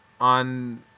on